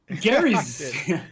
Gary's